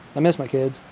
i miss my kids.